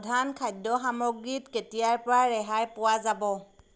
প্ৰধান খাদ্য সামগ্ৰীত কেতিয়াৰপৰা ৰেহাই পোৱা যাব